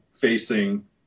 facing